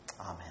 Amen